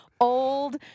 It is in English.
old